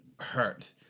hurt